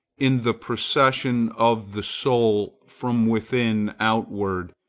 in the procession of the soul from within outward,